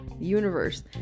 universe